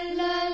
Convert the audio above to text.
la